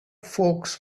folks